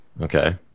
Okay